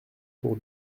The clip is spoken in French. pour